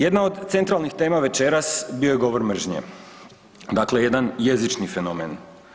Jedna od centralnih tema večeras bio je govor mržnje, dakle jedan jezični fenomen.